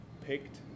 picked